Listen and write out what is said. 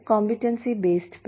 competency based pay